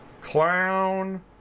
Clown